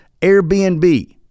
Airbnb